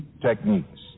techniques